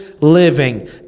Living